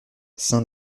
saint